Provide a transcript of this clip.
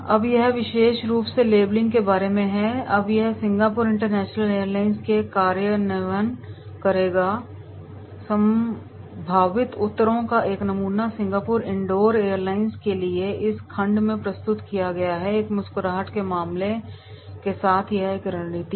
अब यह विशेष रूप से लेबलिंग के बारे में है अब यह सिंगापुर इंटरनेशनल एयरलाइंस में कार्यान्वयन करेगा संभावित उत्तरों का एक नमूना सिंगापुर इनडोर एयरलाइंस के लिए इस खंड में प्रस्तुत किया गया है एक मुस्कुराहट के मामले के साथ यह एक रणनीति है